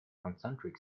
concentric